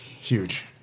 Huge